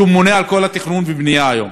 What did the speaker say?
שהוא הממונה על כל התכנון והבנייה היום,